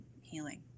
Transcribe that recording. healing